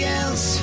else